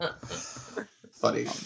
Funny